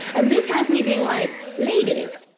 and this has me being like, ladies,